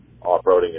off-roading